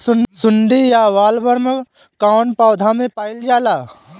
सुंडी या बॉलवर्म कौन पौधा में पाइल जाला?